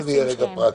בוא נהיה רגע פרקטיים,